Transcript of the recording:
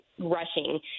rushing